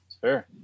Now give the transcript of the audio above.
fair